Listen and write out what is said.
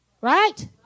right